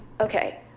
Okay